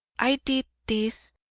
i did this.